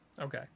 Okay